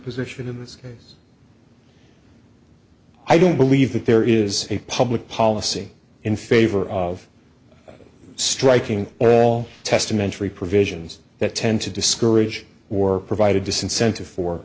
position in this case i don't believe that there is a public policy in favor of striking all testamentary provisions that tend to discourage or provide a disincentive for